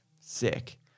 Sick